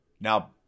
Now